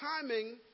timing